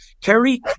Kerry